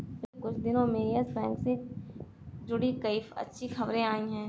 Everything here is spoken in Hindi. पिछले कुछ दिनो में यस बैंक से जुड़ी कई अच्छी खबरें आई हैं